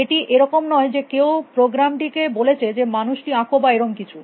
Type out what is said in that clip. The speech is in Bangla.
এটি এরকম নয় যে কেউ প্রোগ্রাম টিকে বলেছে যে মানুষটি আঁক বা এরকম কিছু